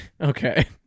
Okay